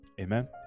Amen